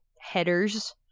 headers